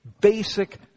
basic